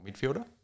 midfielder